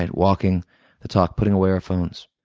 and walking the talk, putting away our phones.